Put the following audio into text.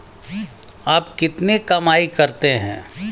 आप कितनी कमाई करते हैं?